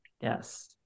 Yes